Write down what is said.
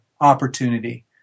opportunity